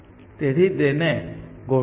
તેથી તે તેને ગોઠવે છે